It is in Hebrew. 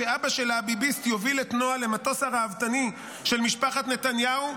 שאבא שלה הביביסט יוביל את נועה למטוס הראוותני של משפחת נתניהו.